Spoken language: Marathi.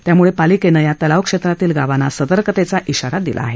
त्यामुळे पालिकेनं या तलावक्षेत्रातील गावांना सतर्कतेचा इशारा दिला आहे